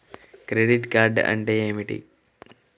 Credit card అంటే ఏమిటి?